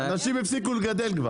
אנשים הפסיקו לגדל.